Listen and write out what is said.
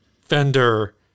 fender